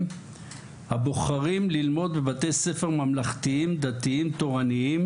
הבוחרים ללמוד בבתי ספר ממלכתיים-דתיים תורניים